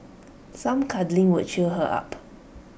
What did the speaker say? some cuddling would cheer her up